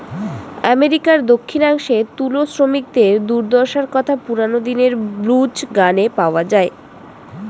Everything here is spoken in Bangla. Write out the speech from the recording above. আমেরিকার দক্ষিণাংশে তুলো শ্রমিকদের দুর্দশার কথা পুরোনো দিনের ব্লুজ গানে পাওয়া যায়